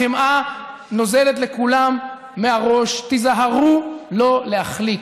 החמאה נוזלת לכולם מהראש, תיזהרו לא להחליק.